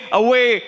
away